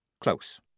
close